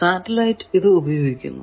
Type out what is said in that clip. satellite എന്നതിലും ഇത് ഉപയോഗിക്കുന്നു